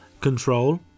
control